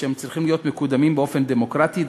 והם צריכים להיות מקודמים באופן דמוקרטי,